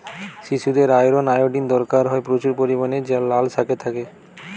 শিশুদের iron, iodine দরকার হয় প্রচুর পরিমাণে যা লাল শাকে থাকে